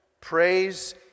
Praise